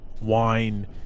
wine